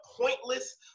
pointless